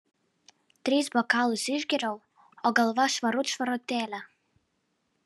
tris bokalus išgėriau o galva švarut švarutėlė